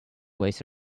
waste